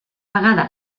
vegada